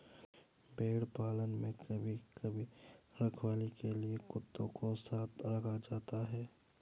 भेड़ पालन में कभी कभी रखवाली के लिए कुत्तों को साथ रखा जाता है